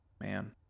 man